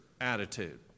attitude